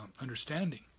understanding